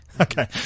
Okay